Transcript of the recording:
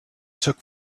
took